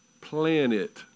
Planet